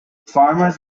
farmers